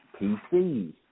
PCs